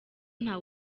nta